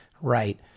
Right